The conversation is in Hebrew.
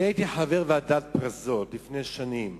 הייתי חבר ועדת "פרזות" עוד לפני שנים.